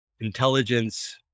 intelligence